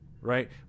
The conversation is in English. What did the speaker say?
right